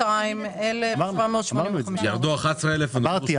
נוספו 302,785. אמרתי,